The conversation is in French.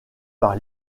par